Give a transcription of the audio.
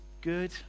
good